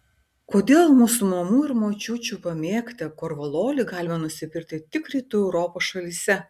kodėl mūsų mamų ir močiučių pamėgtą korvalolį galima nusipirkti tik rytų europos šalyse